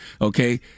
Okay